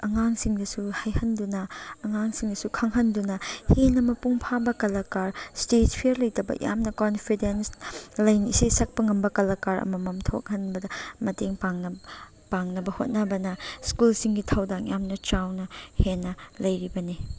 ꯑꯉꯥꯡꯁꯤꯡꯗꯁꯨ ꯍꯥꯏꯍꯟꯗꯨꯅ ꯑꯉꯥꯡꯁꯤꯡꯗꯁꯨ ꯈꯪꯍꯟꯗꯨꯅ ꯍꯦꯟꯅ ꯃꯄꯨꯡ ꯐꯥꯕ ꯀꯂꯀꯥꯔ ꯏꯁꯇꯦꯖ ꯐꯤꯌꯔ ꯂꯩꯇꯕ ꯌꯥꯝꯅ ꯀꯣꯟꯐꯤꯗꯦꯟꯁ ꯂꯩꯅ ꯏꯁꯩ ꯁꯛꯄ ꯉꯝꯕ ꯀꯂꯀꯥꯔ ꯑꯃꯃꯝ ꯊꯣꯛꯍꯟꯕꯗ ꯃꯇꯦꯡ ꯄꯥꯡꯅꯕ ꯍꯣꯠꯅꯕꯅ ꯁ꯭ꯀꯨꯜꯁꯤꯡꯒꯤ ꯊꯧꯗꯥꯡ ꯌꯥꯝꯅ ꯆꯥꯎꯅ ꯍꯦꯟꯅ ꯂꯩꯔꯤꯕꯅꯤ